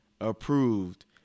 approved